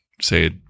say